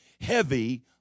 heavy